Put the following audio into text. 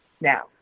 Now